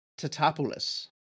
Tatopoulos